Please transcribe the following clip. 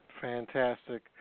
Fantastic